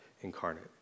incarnate